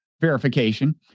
verification